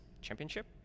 championship